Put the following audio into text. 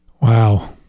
Wow